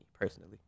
personally